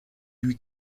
lui